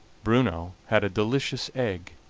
bruno had a delicious egg,